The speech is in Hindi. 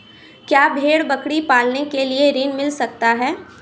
क्या भेड़ बकरी पालने के लिए ऋण मिल सकता है?